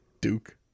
Duke